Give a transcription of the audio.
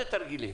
איזה תרגילים?